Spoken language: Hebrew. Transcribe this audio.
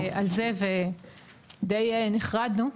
על זה ודי נחרדנו,